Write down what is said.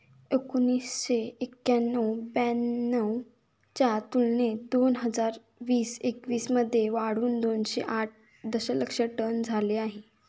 एकोणीसशे एक्क्याण्णव ब्याण्णव च्या तुलनेत दोन हजार वीस एकवीस मध्ये वाढून दोनशे आठ दशलक्ष टन झाले आहे